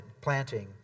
Planting